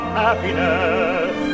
happiness